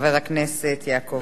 חבר הכנסת יעקב כץ.